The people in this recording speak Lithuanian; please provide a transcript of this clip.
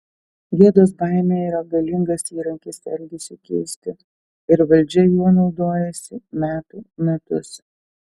gėdos baimė yra galingas įrankis elgesiui keisti ir valdžia juo naudojasi metų metus